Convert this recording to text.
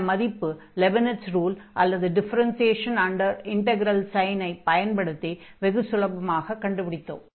இந்த மதிப்பு Leibniz rule அல்லது டிஃபரென்சியேஷன் அன்டர் இன்டக்ரல் சைனை பயன்படுத்தி வெகு சுலபமாகக் கண்டுபிடித்தோம்